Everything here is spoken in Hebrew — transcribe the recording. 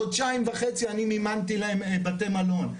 חודשיים וחצי אני מימנתי להם בתי מלון.